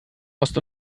ost